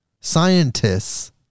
scientists